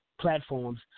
platforms